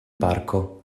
parco